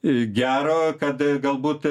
gero kad galbūt